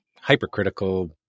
hypercritical